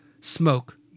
Smoke